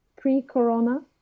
pre-corona